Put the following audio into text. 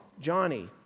Johnny